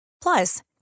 Plus